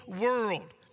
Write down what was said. world